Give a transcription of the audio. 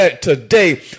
today